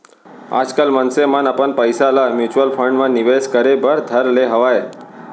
आजकल मनसे मन अपन पइसा ल म्युचुअल फंड म निवेस करे बर धर ले हवय